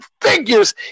figures